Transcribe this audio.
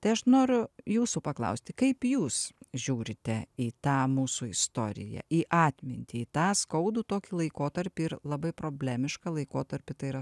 tai aš noriu jūsų paklausti kaip jūs žiūrite į tą mūsų istoriją į atmintį tą skaudų tokį laikotarpį ir labai problemišką laikotarpį tai yra